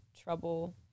trouble